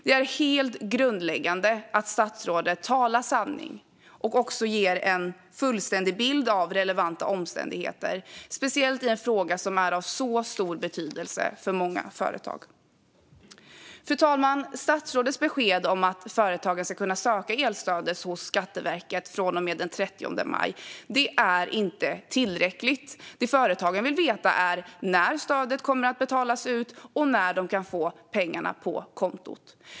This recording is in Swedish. Det är helt grundläggande att statsrådet talar sanning och även ger en fullständig bild av relevanta omständigheter, speciellt i en fråga som är av så stor betydelse för många företag. Fru talman! Statsrådets besked om att företagen ska kunna söka elstödet hos Skatteverket från och med den 30 maj är inte tillräckligt. Det företagen vill veta är när stödet kommer att betalas ut och när de kan få pengarna på kontot.